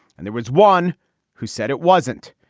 and there was one who said it wasn't.